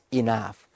enough